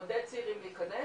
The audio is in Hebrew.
לעודד צעירים להיכנס,